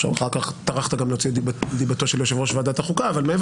ואחר כך טרחת גם להוציא את דיבתו של יושב-ראש ועדת החוקה,